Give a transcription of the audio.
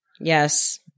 Yes